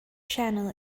channel